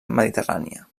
mediterrània